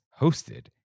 hosted